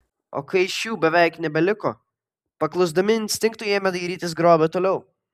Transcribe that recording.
o kai šių beveik nebeliko paklusdami instinktui ėmė dairytis grobio toliau